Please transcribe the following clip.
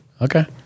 Okay